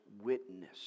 witness